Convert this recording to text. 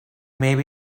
maybe